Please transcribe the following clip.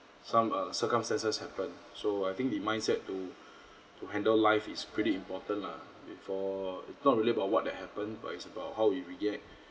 some uh circumstances happen so I think the mindset to to handle life is pretty important lah for it not really about what that happen but it's about how we react